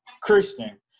Christian